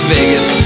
Vegas